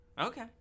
Okay